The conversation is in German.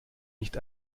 nicht